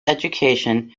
education